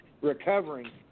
recovering